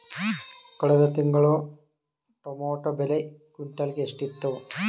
ಕಳೆದ ತಿಂಗಳು ಟೊಮ್ಯಾಟೋ ಬೆಲೆ ಕ್ವಿಂಟಾಲ್ ಗೆ ಎಷ್ಟಿತ್ತು?